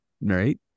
right